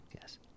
Yes